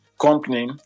company